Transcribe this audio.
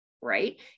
right